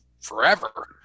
forever